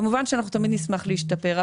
כמובן שאנחנו תמיד נשמח להשתפר.